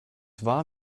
war